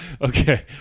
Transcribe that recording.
okay